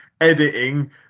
editing